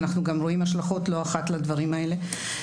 אנחנו רואים השלכות לא אחת לדברים האלה.